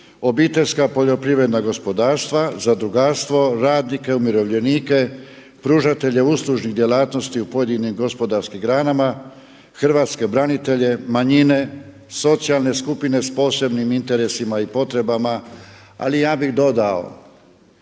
obiteljska poljoprivredna gospodarstva, zadrugarstvo, radnike, umirovljenike, pružatelje uslužnih djelatnosti u pojedinim gospodarskim granama, hrvatske branitelje, manjine, socijalne skupine s posebnim interesima i potrebama ali ja bih dodao